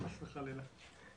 מזל טוב, מזל טוב.